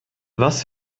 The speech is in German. was